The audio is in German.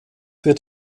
für